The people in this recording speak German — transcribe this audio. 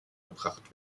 gebracht